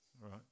right